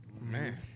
Man